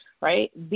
right